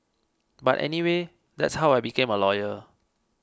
but anyway that's how I became a lawyer